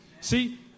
See